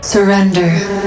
Surrender